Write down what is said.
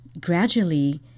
gradually